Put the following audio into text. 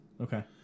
Okay